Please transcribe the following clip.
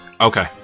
Okay